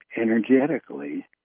energetically